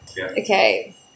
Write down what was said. Okay